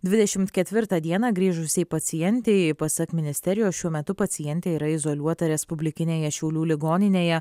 dvidešimt ketvirtą dieną grįžusiai pacientei pasak ministerijos šiuo metu pacientė yra izoliuota respublikinėje šiaulių ligoninėje